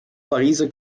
pariser